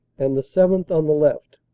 and the seventh. on the left.